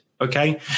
okay